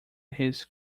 his